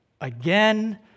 again